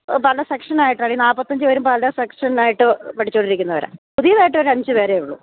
പല സെക്ഷനായിട്ടാണ് ഈ നാല്പത്തിയഞ്ചു പേരും പല സെക്ഷനിലായിട്ടു പഠിച്ചുകൊണ്ടിരിക്കുന്നവരാണ് പുതിയതായ്ട്ട് ഒരഞ്ചു പേരേ ഉള്ളു